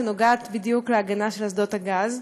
שקשורה בדיוק להגנת אסדות הגז.